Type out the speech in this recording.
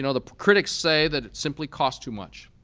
you know the critics say that it simply cost too much.